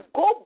go